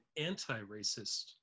anti-racist